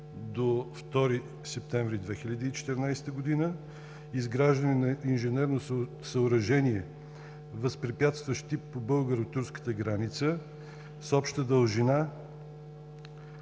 до 2 септември 2014 г. – изграждане на инженерно съоръжение, възпрепятстващ тип по българо-турската граница с обща дължина